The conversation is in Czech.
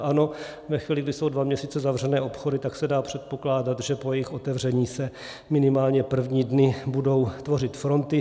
Ano, ve chvíli, kdy jsou dva měsíce zavřené obchody, tak se dá předpokládat, že po jejich otevření se minimálně první dny budou tvořit fronty.